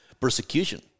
persecution